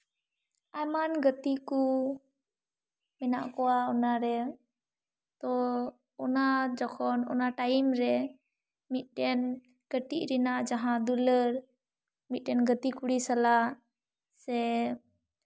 ᱟᱭᱢᱟᱱ ᱜᱟᱛᱮ ᱠᱚ ᱢᱮᱱᱟᱜ ᱠᱚᱣᱟ ᱚᱱᱟᱨᱮ ᱛᱚ ᱚᱱᱟ ᱡᱚᱠᱷᱚᱱ ᱚᱱᱟ ᱴᱟᱭᱤᱢ ᱨᱮ ᱢᱤᱫᱴᱮᱱ ᱠᱟᱹᱴᱤᱡ ᱨᱮᱱᱟᱜ ᱡᱟᱦᱟᱸ ᱫᱩᱞᱟᱹᱲ ᱢᱤᱫᱴᱮᱱ ᱜᱟᱛᱮ ᱠᱩᱲᱤ ᱥᱟᱞᱟᱜ ᱥᱮ